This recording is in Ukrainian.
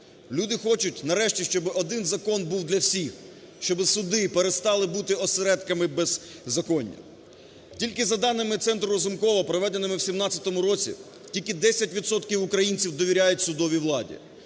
Люди хочуть нарешті, щоб один закон був для всіх, щоб суди перестали бути осередками беззаконня. Тільки за даними Центру Разумкова, проведеними в 2017 році, тільки 10 відсотків українців довіряють судовій владі.